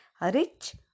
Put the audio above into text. rich